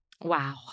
Wow